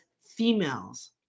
females